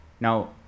now